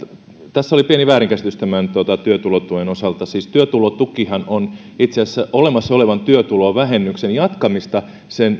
tässä oli pieni väärinkäsitys työtulotuen osalta siis työtulotukihan on itse asiassa olemassa olevan työtulovähennyksen jatkamista